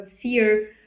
fear